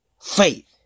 faith